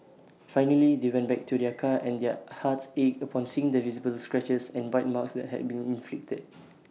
finally they went back to their car and their hearts ached upon seeing the visible scratches and bite marks that had been inflicted